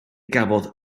gafodd